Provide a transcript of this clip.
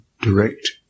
direct